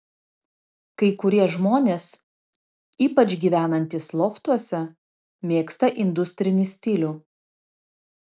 kai kurie žmonės ypač gyvenantys loftuose mėgsta industrinį stilių